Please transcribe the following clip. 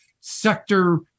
sector